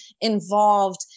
involved